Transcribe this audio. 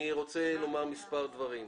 אני רוצה לומר מספר דברים.